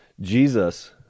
Jesus